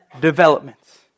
developments